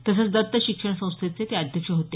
तसंच दत्त शिक्षण संस्थेचे ते अध्यक्ष होते